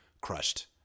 crushed